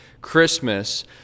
Christmas